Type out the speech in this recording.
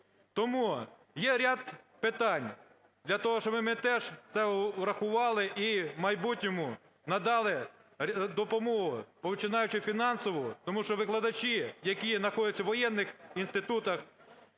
Тому є ряд питань для того, щоби ми теж це врахували і в майбутньому надали допомогу, починаючи фінансову, тому що викладачі, які знаходяться в воєнних інститутах,